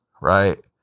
right